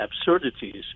absurdities